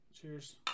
Cheers